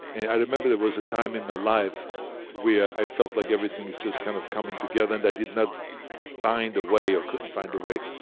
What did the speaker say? and i remember there was a time in my life where i felt like everything was just kind of coming together and i did not find a way, or couldn't find a way,